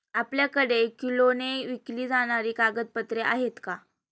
आपल्याकडे किलोने विकली जाणारी कागदपत्रे आहेत का?